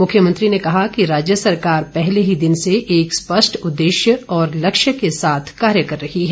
मुख्यमंत्री ने कहा कि राज्य सरकार पहले ही दिन से एक स्पष्ट उदेश्य और लक्ष्य के साथ कार्य कर रही है